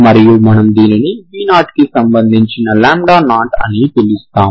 మరియు మనము దీనిని v0 కి సంబంధించిన 0 అని పిలుస్తాము